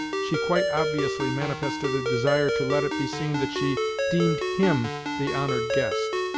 she quite obviously manifested a desire to let it be seen that she deemed him the honored guest.